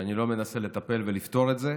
שאני לא מנסה לטפל ולפתור את זה.